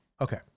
Okay